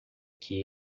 que